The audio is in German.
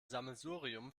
sammelsurium